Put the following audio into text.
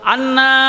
Anna